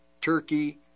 Turkey